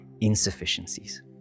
insufficiencies